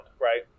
right